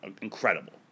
incredible